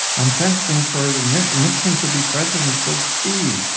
i'm fasting for nixon to be president. he said, steve.